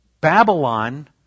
Babylon